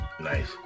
Nice